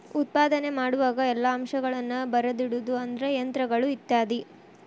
ಉತ್ಪಾದನೆ ಮಾಡುವಾಗ ಎಲ್ಲಾ ಅಂಶಗಳನ್ನ ಬರದಿಡುದು ಅಂದ್ರ ಯಂತ್ರಗಳು ಇತ್ಯಾದಿ